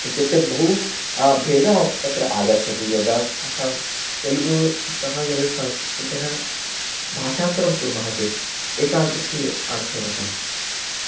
इत्युक्ते बहु भेदमेव तत्र आगच्छति यदा संस् तेलुगुतः यद् संस्कृतेन भाषान्तरं कुर्मः चेत् एतादृशी अर्थेन सह